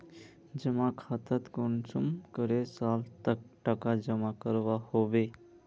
जमा खातात कुंसम करे साल तक टका जमा करवा होबे?